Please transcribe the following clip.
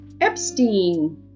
epstein